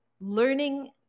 learning